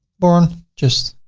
born, just